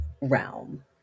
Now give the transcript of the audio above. realm